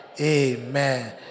amen